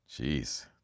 Jeez